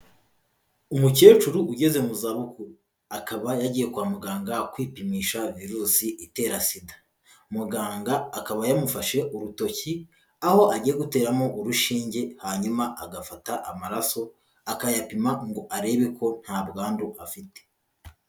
Umukecuru ugeze mu zabukuru, akaba yagiye kwa muganga kwipimisha virusi itera SIDA, muganga akaba yamufashe urutoki, aho agiye guteramo urushinge hanyuma agafata amaraso, akayapima ngo arebe ko nta bwandu afite.